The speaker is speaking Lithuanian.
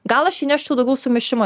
gal aš įneščiau daugiau sumišimo